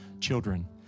children